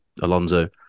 Alonso